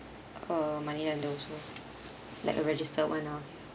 uh money lender also like a registered [one] ah